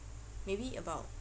maybe about